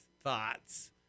thoughts